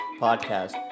podcast